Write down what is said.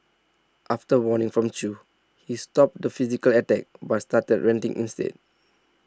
after warning from Chew he stopped the physical attacks but started ranting instead